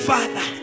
Father